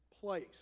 place